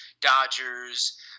Dodgers